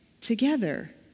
together